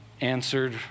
answered